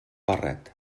barret